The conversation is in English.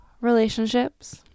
relationships